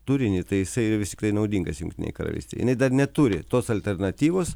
turinį tai jisai tiktai naudingas jungtinei karalystei jinai dar neturi tos alternatyvos